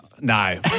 No